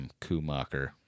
Kumacher